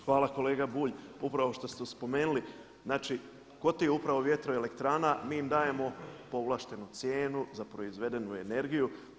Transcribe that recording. Hvala kolega Bulj upravo što ste spomenuli, znači kod tih upravo vjetroelektrana mi im dajemo povlaštenu cijenu za proizvedenu energiju.